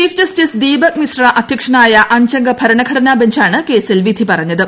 chief justice Deepak Mishra അധ്യക്ഷനായ അഞ്ചംഗ ഭരണഘടനാ ബഞ്ചാണ് കേസിൽ വിധി പറഞ്ഞത്